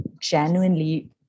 genuinely